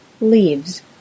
leaves